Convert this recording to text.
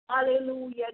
Hallelujah